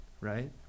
right